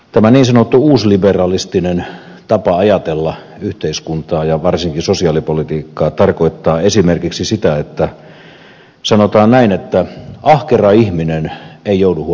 tämä niin sanottu uusliberalistinen tapa ajatella yhteiskuntaa ja varsinkin sosiaalipolitiikkaa tarkoittaa esimerkiksi sitä sanotaan näin että ahkera ihminen ei joudu huonoon asemaan